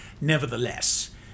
nevertheless